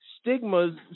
stigmas